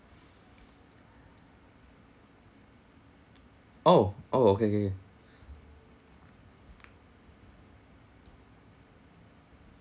oh oh kay kay kay